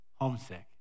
homesick